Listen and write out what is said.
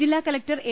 ജില്ലാ collector A